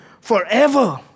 forever